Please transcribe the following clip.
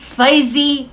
Spicy